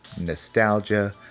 nostalgia